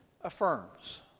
affirms